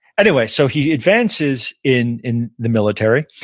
anyway, so he advances in in the military,